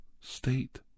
state